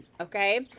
Okay